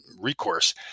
Recourse